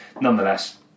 nonetheless